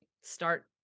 start